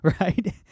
Right